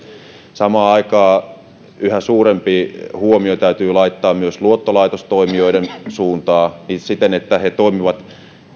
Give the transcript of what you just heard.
samaan aikaan yhä suurempi huomio täytyy laittaa myös luottolaitostoimijoiden suuntaan siten että ne toimivat